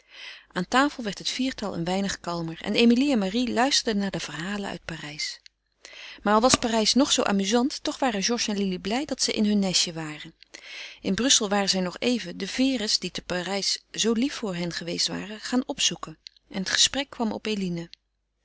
aan tafel werd het viertal een weinig kalmer en emilie en marie luisterden naar de verhalen uit parijs maar al was parijs nog zoo amusant toch waren georges en lili blij dat ze in hun nestje waren in brussel waren zij nog even de vere's die te parijs zoo lief voor hen geweest waren gaan opzoeken het gesprek kwam op eline